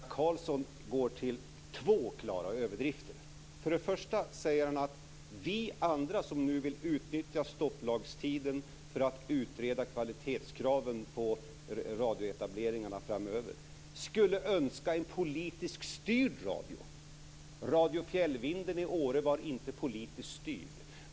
Fru talman! Ola Karlsson gör två klara överdrifter. För det första säger han att vi andra som nu vill utnyttja stopplagstiden för att utreda kvalitetskraven på radioetableringarna framöver skulle önska en politiskt styrd radio. Radio Fjällvinden i Åre var inte politiskt styrd.